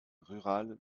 rurale